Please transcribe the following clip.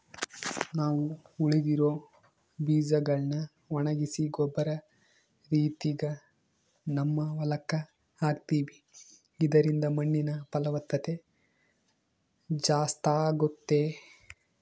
ನಾವು ಉಳಿದಿರೊ ಬೀಜಗಳ್ನ ಒಣಗಿಸಿ ಗೊಬ್ಬರ ರೀತಿಗ ನಮ್ಮ ಹೊಲಕ್ಕ ಹಾಕ್ತಿವಿ ಇದರಿಂದ ಮಣ್ಣಿನ ಫಲವತ್ತತೆ ಜಾಸ್ತಾಗುತ್ತೆ